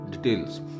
details